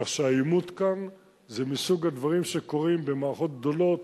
כך שהעימות כאן זה מסוג הדברים שקורים במערכות גדולות